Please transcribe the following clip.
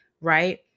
right